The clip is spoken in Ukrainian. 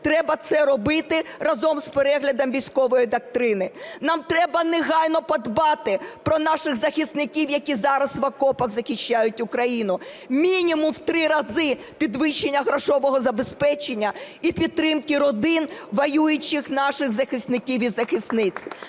треба це робити разом з переглядом військової доктрини. Нам треба негайно подбати про наших захисників, які зараз в окопах захищають Україну: мінімум в три рази підвищення грошового забезпечення і підтримка родин воюючих наших захисників і захисниць.